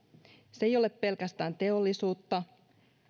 se ei ole pelkästään teollisuutta